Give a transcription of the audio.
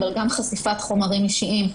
אבל גם חשיפת חומרים אישיים,